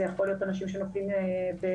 זה יכול להיות אנשים שנופלים מבניין,